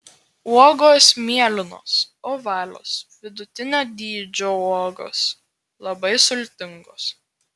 uogos mėlynos ovalios vidutinio dydžio uogos labai sultingos